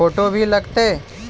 Photo भी लग तै?